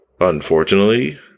Unfortunately